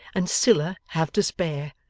and siller have to spare,